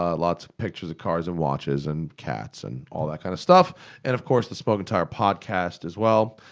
ah lots of pictures of cars and watches and cats and all that kind of stuff. and of course, the smoking tire podcast, as well.